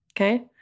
Okay